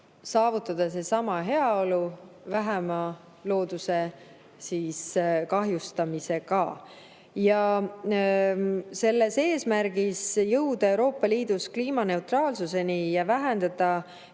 saavutada seesama heaolu looduse vähema kahjustamisega. Eesmärgis jõuda Euroopa Liidus kliimaneutraalsuseni ja vähendada